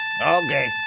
Okay